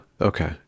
Okay